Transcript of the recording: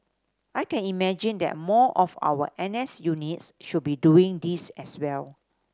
I can imagine that more of our N S units should be doing this as well